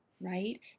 right